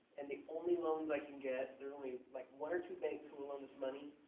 and the only loans i can get, there's only like, one or two banks who will loan us money,